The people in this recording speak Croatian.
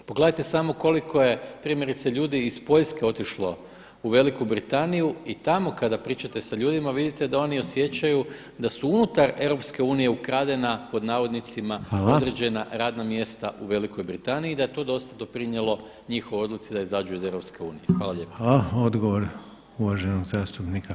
Pogledajte samo koliko je primjerice ljudi iz Poljske otišlo u Veliku Britaniju i tamo kada pričate sa ljudima vidite da oni osjećaju da su unutar EU ukradena pod navodnicima [[Upadica Reiner: Hvala.]] određena radna mjesta u Velikoj Britaniji i da je to dosta doprinijelo njihovoj odluci da izađu iz EU.